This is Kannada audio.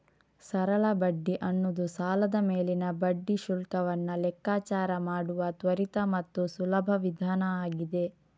ಸರಳ ಬಡ್ಡಿ ಅನ್ನುದು ಸಾಲದ ಮೇಲಿನ ಬಡ್ಡಿ ಶುಲ್ಕವನ್ನ ಲೆಕ್ಕಾಚಾರ ಮಾಡುವ ತ್ವರಿತ ಮತ್ತು ಸುಲಭ ವಿಧಾನ ಆಗಿದೆ